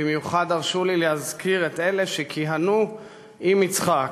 במיוחד הרשו לי להזכיר את אלה שכיהנו עם יצחק,